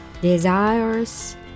desires